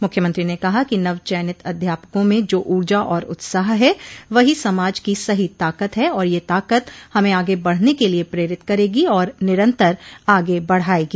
मुख्यमंत्री ने कहा कि नवचयनित अध्यापकों में जो ऊर्जा और उत्साह है वहीं समाज की सही ताकत है और यह ताकत हमें आगे बढ़ने के लिए प्रेरित करेगी और निरंतर आगे बढायेगी